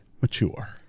mature